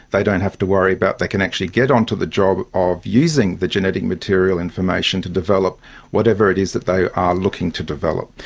they don't have to worry about, they can actually get onto the job of using the genetic material information to develop whatever it is that they are looking to develop.